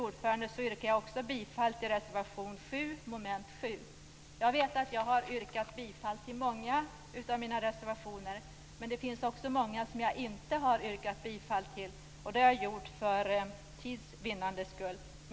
Jag yrkar också bifall till reservation 7 Jag har yrkat bifall till många av mina reservationer, men jag har för tids vinnande också avstått från att yrka bifall till ett stort antal.